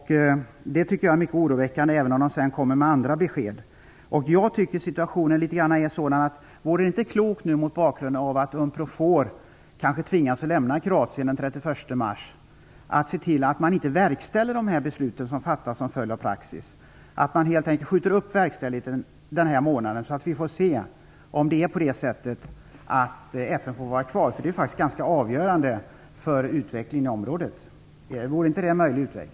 Det tycker jag är mycket oroväckande, även om det sedan kommer andra besked. Jag uppfattar situationen litet grand så att det, mot bakgrund av att Unprofor kanske tvingas lämna Kroatien den 31 mars, kunde vara klokt att se till att de beslut inte verkställs som fattas till följd av praxis - dvs. att man helt enkelt skjuter upp verkställigheten den här månaden, så att vi får se om FN får vara kvar. Det är faktiskt ganska avgörande för utvecklingen i området. Vore det inte en möjlig utväg?